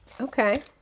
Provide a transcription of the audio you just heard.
Okay